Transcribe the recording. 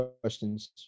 questions